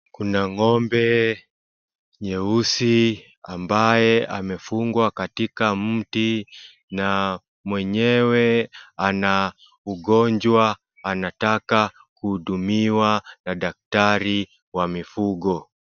Kuna ng'ombe nyeusi ambaye amefugwa katika mti na mwenyewe ana ugonjwa anataka kuhudumiwa na daktari wa mifugo.